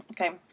Okay